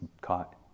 caught